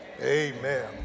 Amen